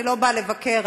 אני לא באה לבקר,